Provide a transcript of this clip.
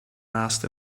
asked